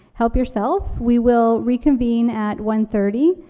help yourself. we will reconvene at one thirty.